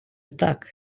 так